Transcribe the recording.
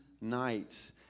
nights